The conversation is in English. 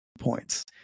points